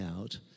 out